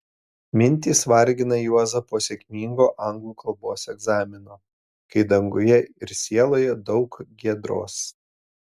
mintys vargina juozą po sėkmingo anglų kalbos egzamino kai danguje ir sieloje daug giedros